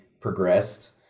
progressed